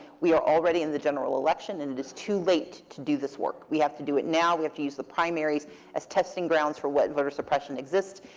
we are already in the general election and it is too late to do this work. we have to do it now. we have to use the primaries as testing grounds for what voter suppression exists.